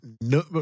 no